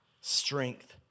strength